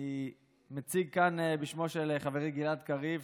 אני מציג כאן בשמו של חברי גלעד קריב,